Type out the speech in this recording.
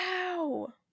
Wow